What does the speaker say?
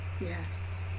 yes